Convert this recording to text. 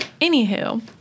Anywho